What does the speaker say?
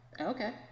okay